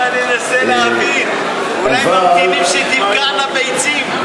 אני מנסה להבין, אולי ממתינים שתבקענה ביצים.